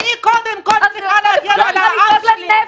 אני קודם כול צריכה להגן על העם שלי.